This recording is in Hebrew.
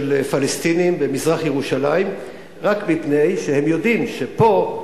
פלסטינים במזרח-ירושלים רק מפני שהם יודעים שפה,